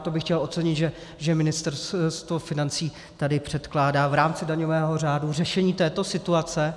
To bych chtěl ocenit, že Ministerstvo financí tady předkládá v rámci daňového řádu řešení této situace.